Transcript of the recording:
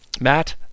Matt